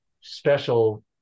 special